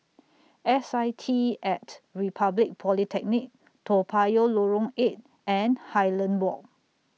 S I T At Republic Polytechnic Toa Payoh Lorong eight and Highland Walk